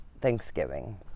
Thanksgiving